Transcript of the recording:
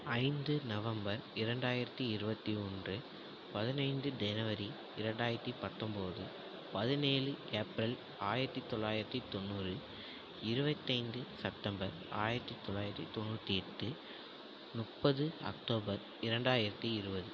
ஐந்து நவம்பர் இரண்டாயிரத்தி இருபத்தி ஒன்று பதினைந்து ஜனவரி இரண்டாயிரத்தி பத்தொம்பது பதினேழு ஏப்ரல் ஆயிரத்தி தொள்ளாயிரத்தி தொண்ணூறு இருபத்தைந்து செப்டம்பர் ஆயிரத்தி தொள்ளாயிரத்தி தொண்ணூற்றி எட்டு முப்பது அக்டோபர் இரண்டாயிரத்தி இருபது